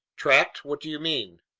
trapped! what do you mean?